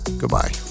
goodbye